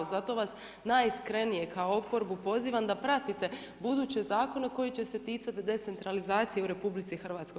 Zato vas najiskrenije kao oporbu pozivam da pratite buduće zakone koji će se ticati decentralizacije u RH.